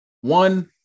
one